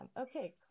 Okay